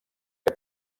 que